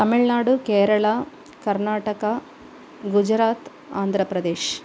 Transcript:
तमिल्नाडु केरला कर्नाटका गुजरात् आन्ध्रप्रदेशः